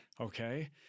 Okay